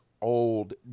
old